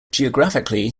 geographically